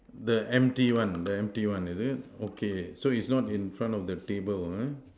the empty one the empty one is it okay so it's not in front of the table uh